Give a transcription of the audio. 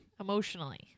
emotionally